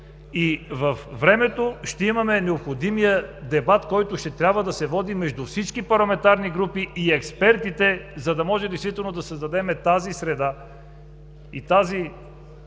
и във времето ще имаме необходимия дебат, който ще трябва да се води между всички парламентарни групи и експертите, за да може действително да създадем тази среда и тази